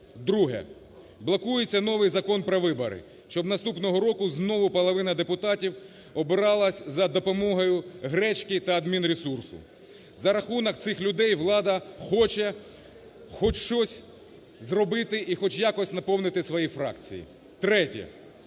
Друге. Блокується новий Закон про вибори, щоб наступного року знову половина депутатів обиралась за допомогою гречки та адмінресурсу. За рахунок цих людей влада хоче хоч щось зробити і хоч якось наповнити свої фракції.